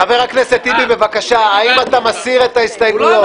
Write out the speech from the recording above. חבר הכנסת טיבי, האם אתה מסיר את ההסתייגויות?